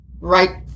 right